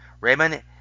Raymond